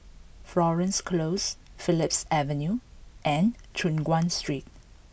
Florence Close Phillips Avenue and Choon Guan Street